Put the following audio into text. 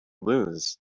lose